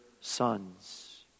sons